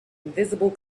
invisible